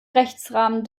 rechtsrahmen